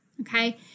okay